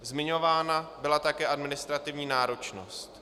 Zmiňována byla také administrativní náročnost.